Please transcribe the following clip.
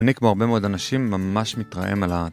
אני, כמו הרבה מאוד אנשים, ממש מתרעם על ה...